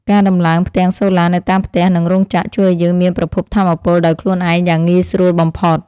ការដំឡើងផ្ទាំងសូឡានៅតាមផ្ទះនិងរោងចក្រ ជួយឱ្យយើងមានប្រភពថាមពលដោយខ្លួនឯងយ៉ាងងាយស្រួលបំផុត។